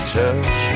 touch